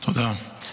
תודה.